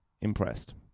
impressed